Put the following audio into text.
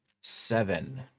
seven